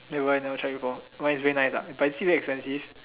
never mind never try before but it's very nice ah but is it very expensive